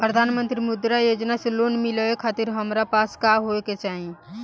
प्रधानमंत्री मुद्रा योजना से लोन मिलोए खातिर हमरा पास का होए के चाही?